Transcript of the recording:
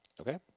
Okay